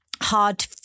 hard